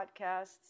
podcasts